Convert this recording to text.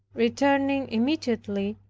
returning immediately,